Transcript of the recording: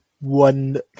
one